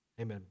Amen